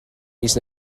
mis